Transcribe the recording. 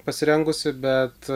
pasirengusi bet